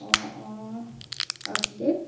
অঁ অঁ আপডেট